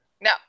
No